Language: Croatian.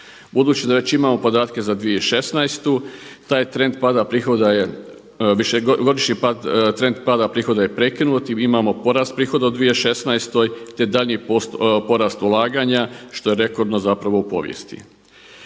pada prihoda je, višegodišnji trend pada prihoda je prekinut i imamo porast prihoda u 2016. te daljnji porast ulaganja što je rekordno zapravo u povijesti.